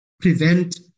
prevent